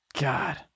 god